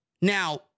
Now